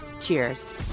Cheers